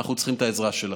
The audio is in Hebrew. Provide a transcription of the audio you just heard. ואנחנו צריכים את העזרה שלכם.